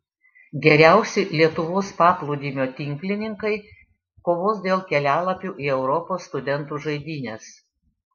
geriausi lietuvos paplūdimio tinklininkai kovos dėl kelialapių į europos studentų žaidynes